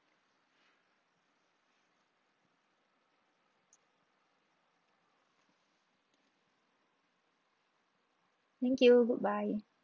thank you goodbye